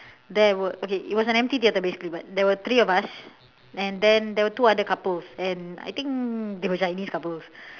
there were okay it was an empty theater basically but there were three of us and then there were two other couples and I think they were chinese couples